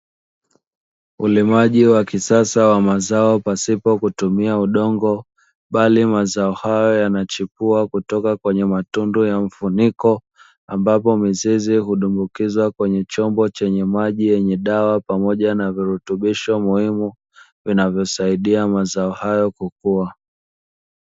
Ulimaji wa kisasa wa mazao pasipo kutumia udongo bali mazao hayo yanachipua kutoka kwenye matundu ya mfuniko, ambapo mizizi hudumbukizwa kwenye chombo chenye maji yenye dawa pamoja na virutubisho muhimu vinavyosaidia mazao hiyo kukua.